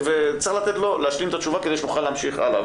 צריך לתת לו להשלים את התשובה כדי שנוכל להמשיך הלאה.